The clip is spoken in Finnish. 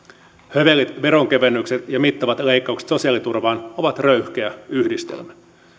hövelit veronkevennykset ja mittavat leikkaukset sosiaaliturvaan ovat röyhkeä yhdistelmä